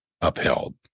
upheld